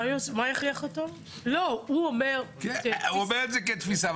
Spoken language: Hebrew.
הוא אומר את זה כתפיסה,